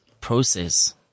Process